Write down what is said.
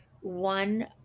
One